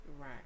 Right